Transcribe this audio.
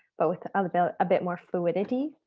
but with a bit bit more fluidity.